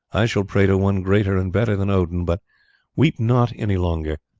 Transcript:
i shall pray to one greater and better than odin. but weep not any longer,